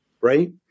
Right